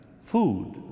food